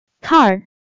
Car